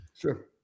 Sure